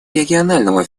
регионального